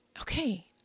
okay